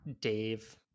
Dave